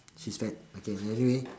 she's fat okay anyway